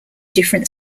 different